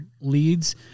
leads